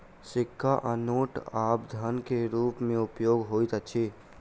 सिक्का आ नोट आब धन के रूप में उपयोग होइत अछि